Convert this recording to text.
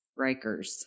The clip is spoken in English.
Rikers